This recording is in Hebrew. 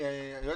אדוני היושב-ראש,